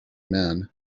men